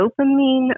dopamine